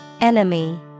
Enemy